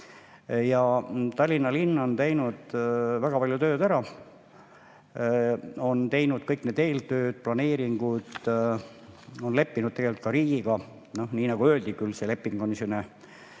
Tallinna linn on teinud väga palju tööd ära. On teinud kõik need eeltööd, planeeringud, on leppinud tegelikult ka riigiga kokku. Noh, nii nagu öeldi, see leping on küll